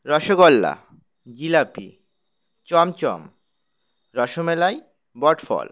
রসগোল্লা জিলাপি চমচম রসমালাই বটফল